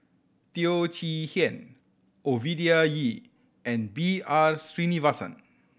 Teo Chee Hean Ovidia Yu and B R Sreenivasan